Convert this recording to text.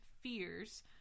fears